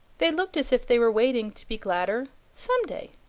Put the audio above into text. they looked as if they were waiting to be gladder some day.